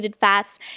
fats